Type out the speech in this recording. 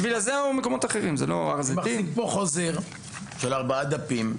אני מחזיק פה חוזר של ארבעה עמודים,